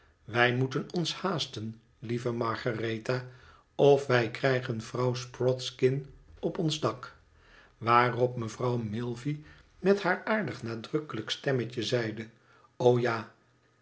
wij moeten ons haasten lieve margaretha of wij krijgen vrouw sprodskin op ons dak waarop mevrouw milvey met haar aardig nadrukkelijk stemmetje zeide o ja